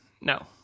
no